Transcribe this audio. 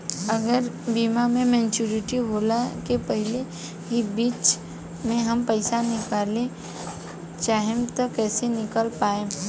अगर बीमा के मेचूरिटि होला के पहिले ही बीच मे हम पईसा निकाले चाहेम त कइसे निकाल पायेम?